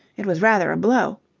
it was rather a blow.